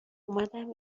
اومدم